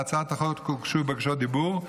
להצעת החוק הוגשו בקשות דיבור.